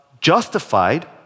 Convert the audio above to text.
justified